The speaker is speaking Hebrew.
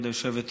התשע"ח 2018,